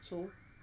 so